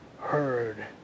heard